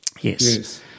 Yes